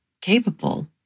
capable